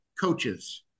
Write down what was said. coaches